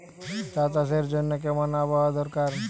চা চাষের জন্য কেমন আবহাওয়া দরকার?